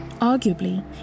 Arguably